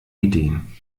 ideen